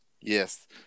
Yes